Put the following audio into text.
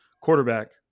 quarterback